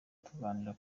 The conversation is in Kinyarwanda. tuganira